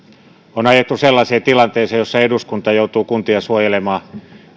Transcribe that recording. on ajettu sellaiseen tilanteeseen jossa eduskunta joutuu kuntia suojelemaan